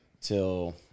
till